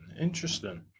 Interesting